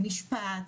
משפט,